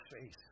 face